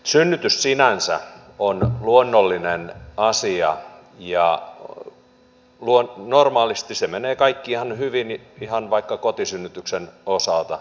synnytys sinänsä on luonnollinen asia ja normaalisti kaikki menee ihan hyvin ihan vaikka kotisynnytyksen osalta